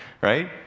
Right